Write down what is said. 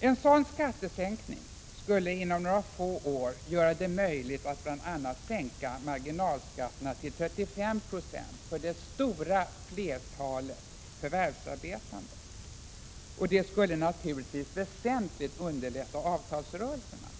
En sådan skattesänkning skulle inom några få år göra det möjligt att bl.a. sänka marginalskatterna till 35 20 för det stora flertalet förvärvsarbetande, något som väsentligt skulle underlätta avtalsrörelserna.